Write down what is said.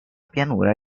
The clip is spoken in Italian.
pianura